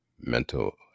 mental